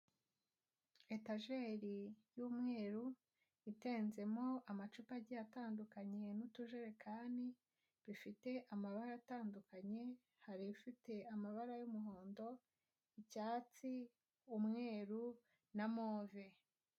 Etageri y'umweru itenzemo amacupa agiye atandukanye n'utujerekani, bifite amabara atandukanye, hari ifite amabara y'umuhondo, icyatsi, umweru na move.